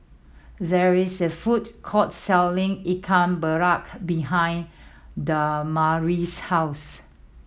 there is a food court selling Ikan behind Damari's house